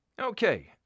Okay